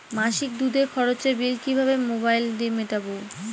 মাসিক দুধের খরচের বিল কিভাবে মোবাইল দিয়ে মেটাব?